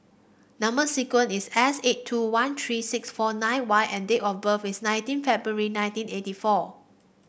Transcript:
number sequence is S eight two one three six four nine Y and date of birth is nineteen February nineteen eighty four